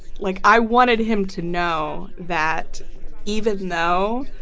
like i wanted him to know that even though